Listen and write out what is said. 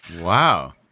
Wow